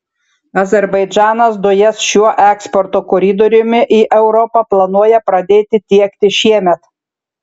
azerbaidžanas dujas šiuo eksporto koridoriumi į europą planuoja pradėti tiekti šiemet